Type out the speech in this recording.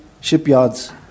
shipyards